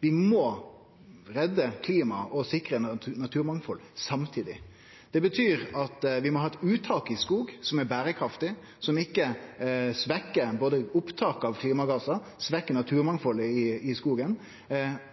Vi må redde klimaet og sikre naturmangfald samtidig. Det betyr at vi må ha eit uttak i skog som er berekraftig, som ikkje svekkjer både opptak av klimagassar og naturmangfaldet i skogen,